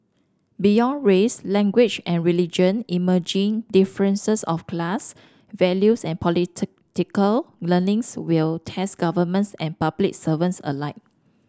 beyond race language and religion emerging differences of class values and political leanings will test governments and public servants alike